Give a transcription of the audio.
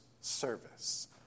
service